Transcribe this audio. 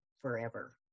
forever